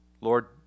Lord